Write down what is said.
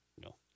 No